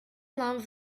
loved